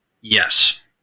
yes